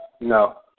No